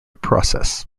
process